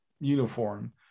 uniform